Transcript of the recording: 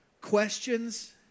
questions